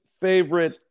favorite